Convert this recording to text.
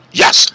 yes